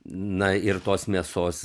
na ir tos mėsos